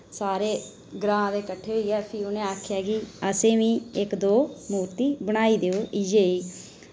सारे ग्रां दे कट्ठे होइयै फ्ही उ'नै आखेआ कि असें बी इक दो मूर्ति बनाई देओ इयै ही